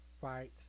fight